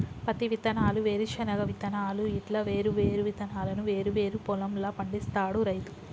పత్తి విత్తనాలు, వేరుశన విత్తనాలు ఇట్లా వేరు వేరు విత్తనాలను వేరు వేరు పొలం ల పండిస్తాడు రైతు